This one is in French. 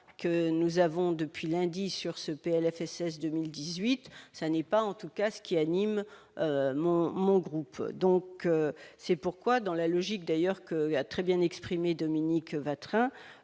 que nous avons depuis lundi sur ce PLFSS 2018, ça n'est pas en tout cas ce qui anime mon mon groupe donc c'est pourquoi dans la logique d'ailleurs que a très bien exprimé Dominique Vatrin,